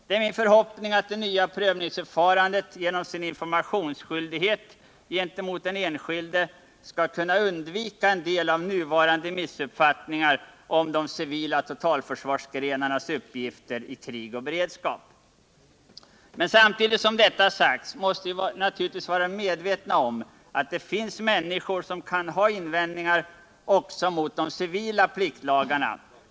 Det är min förhoppning att det nya prövningsförfarandet genom sin informationsskyldighet gentemot den enskilde skall kunna undvika en del av nuvarande missuppfattningar om de civila totalförsvarsgrenarnas uppgifter i krig och beredskap. Samtidigt som detta sagts måste vi naturligtvis vara medvetna om att det finns människor som kan ha invändningar också mot de civila pliktlagarna.